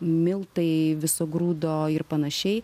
miltai viso grūdo ir panašiai